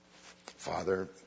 Father